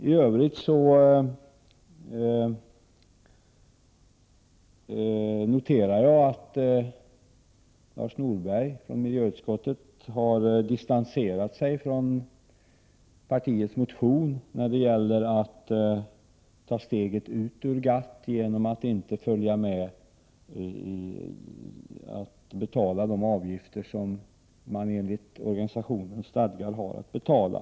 I övrigt noterar jag att Lars Norberg från miljöpartiet har distanserat sig från partiets motion när det gäller att ta steget ut ur GATT genom att inte betala de avgifter som man enligt organisationens stadgar har att betala.